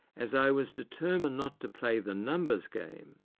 as i was determined not to play the numbers game,